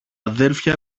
αδέλφια